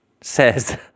says